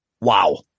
Wow